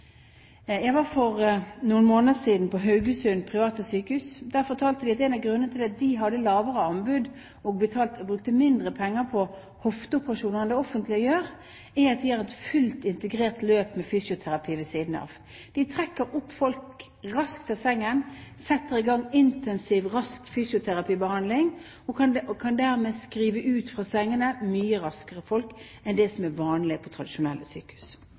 Jeg var for noen måneder siden på Privatsykehuset Haugesund. Der fortalte de at en av grunnene til at de hadde lavere anbud og brukte mindre penger på hofteoperasjoner enn det offentlige gjør, er at de har et fullt integrert løp med fysioterapi ved siden av. De trekker folk raskt opp av sengen og setter raskt i gang intensiv fysioterapibehandling, og kan dermed skrive folk ut fra sengene mye raskere enn det som er vanlig på tradisjonelle sykehus.